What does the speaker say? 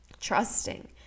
Trusting